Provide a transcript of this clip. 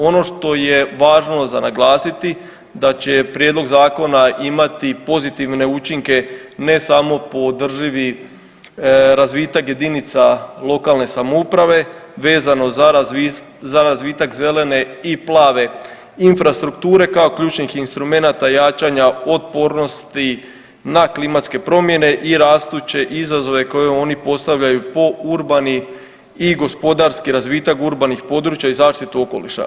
Ono što je važno za naglasiti da će prijedlog zakona imati pozitivne učinke ne samo po održivi razvitak JLS vezano za razvitak zelene i plave infrastrukture kao ključnih instrumenata jačanja otpornosti na klimatske promjene i rastuće izazove koje oni postavljaju po urbani i gospodarski razvitak urbanih područja i zaštitu okoliša.